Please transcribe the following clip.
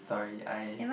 sorry I